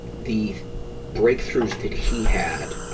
the breakthroughs that he had.